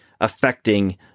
affecting